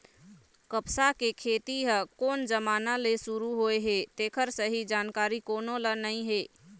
कपसा के खेती ह कोन जमाना ले सुरू होए हे तेखर सही जानकारी कोनो ल नइ हे